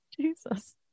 Jesus